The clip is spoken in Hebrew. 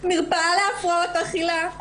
מרפאה להפרעות אכילה.